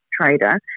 trader